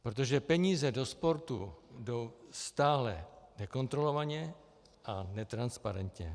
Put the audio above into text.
Protože peníze do sportu jdou stále nekontrolovaně a netransparentně.